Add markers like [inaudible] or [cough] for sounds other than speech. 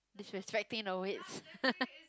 disrespecting the weights [laughs]